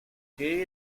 que